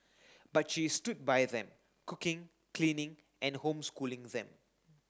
but she stood by them cooking cleaning and homeschooling them